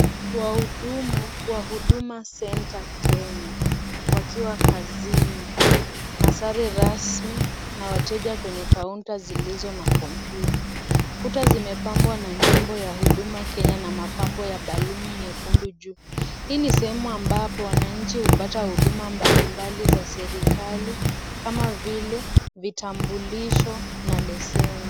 Wahudumu wa Huduma Center Kenya. Wakiwa kazini na sare rasmi na wateja kwenye kaunta zilizo na kompyuta. Kuta zimepangwa na nembo ya Huduma Kenya na mapambo ya baluni nyekundu juu. Hii ni sehemu ambapo wananchi hupata huduma mbalimbali za serikali kama vile vitambulisho na leseni.